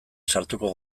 sartuko